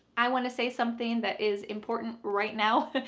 i want to say something that is important right now.